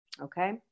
okay